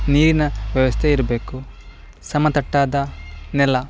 ನೀರಿನ ವ್ಯವಸ್ಥೆ ಇರಬೇಕು ಸಮತಟ್ಟಾದ ನೆಲ